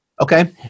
Okay